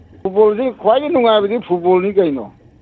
ꯐꯨꯠꯕꯣꯜꯁꯤ ꯈ꯭ꯋꯥꯏꯗꯒꯤ ꯅꯨꯡꯉꯥꯏꯕꯗꯤ ꯐꯨꯠꯕꯣꯜꯅꯤ ꯀꯩꯅꯣ